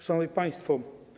Szanowni Państwo!